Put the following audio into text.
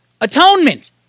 atonement